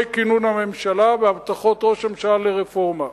כינון הממשלה והבטחות ראש הממשלה לרפורמה.